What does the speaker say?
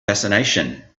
fascination